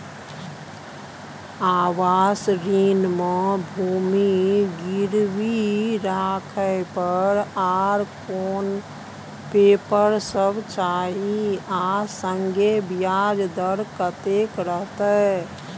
आवास ऋण म भूमि गिरवी राखै पर आर कोन पेपर सब चाही आ संगे ब्याज दर कत्ते रहते?